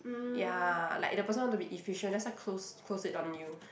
ya like the person want to be efficient that's why close close it on you